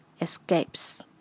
escapes